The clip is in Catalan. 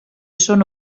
són